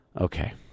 Okay